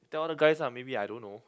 tell the guys ah maybe I don't know